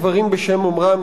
דברים בשם אומרם,